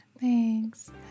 Thanks